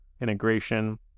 integration